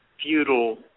feudal